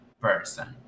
person